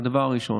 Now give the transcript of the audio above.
בוודאי המציעים.